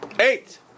eight